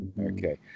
Okay